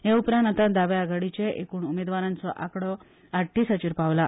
हे उपरांत आता दाव्या आघाडीचे एकूण उमेदवारांचो आकडो आडतीसाचेर पावला